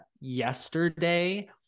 yesterday